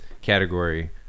category